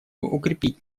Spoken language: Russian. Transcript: укрепить